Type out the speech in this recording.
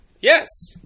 Yes